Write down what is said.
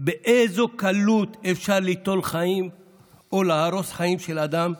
באיזו קלות אפשר ליטול חיים או להרוס חיים של אדם,